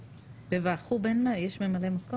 בוועדת החוץ והביטחון יש ממלא מקום?